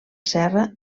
serra